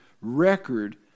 record